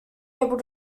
able